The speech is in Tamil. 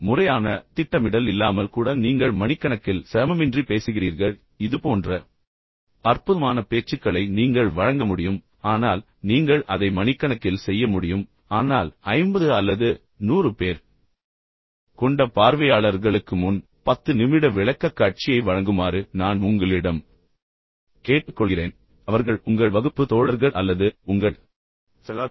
முறையான திட்டமிடல் இல்லாமல் கூட நீங்கள் மணிக்கணக்கில் சிரமமின்றி பேசுகிறீர்கள் இதுபோன்ற அற்புதமான பேச்சுக்களை நீங்கள் வழங்க முடியும் ஆனால் நீங்கள் அதை மணிக்கணக்கில் செய்ய முடியும் ஆனால் 50 அல்லது 100 பேர் கொண்ட பார்வையாளர்களுக்கு முன் பத்து நிமிட விளக்கக்காட்சியை வழங்குமாறு நான் உங்களிடம் கேட்டுக்கொள்கிறேன் அவர்கள் உங்கள் வகுப்பு தோழர்கள் அல்லது உங்கள் சகாக்கள்